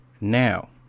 now